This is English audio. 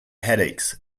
headaches